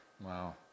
Wow